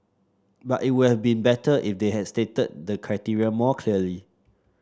but it would have been better if they stated the criteria more clearly